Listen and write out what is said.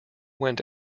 went